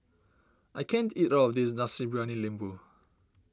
I can't eat all of this Nasi Briyani Lembu